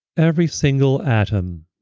every single atom